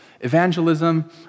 Evangelism